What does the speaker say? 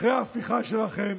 אחרי ההפיכה שלכם,